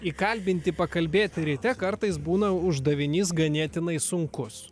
įkalbinti pakalbėt ryte kartais būna uždavinys ganėtinai sunkus